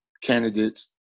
candidates